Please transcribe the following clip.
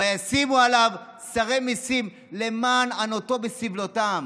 וישימו עליו שרי מסים למען ענֹתו בסבלֹתם".